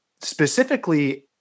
Specifically